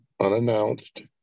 unannounced